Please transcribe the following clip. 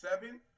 seven